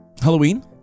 Halloween